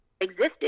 existed